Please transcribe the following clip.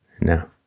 No